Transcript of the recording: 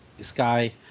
sky